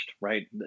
right